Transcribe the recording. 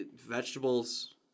Vegetables